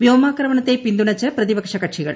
വ്യോമാക്രമണത്തെ പിന്തുണച്ച് പ്രതിപക്ഷ കക്ഷികൾ